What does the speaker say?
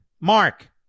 Mark